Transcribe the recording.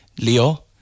Leo